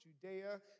Judea